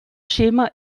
schema